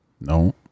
no